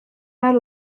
mal